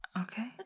Okay